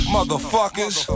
Motherfuckers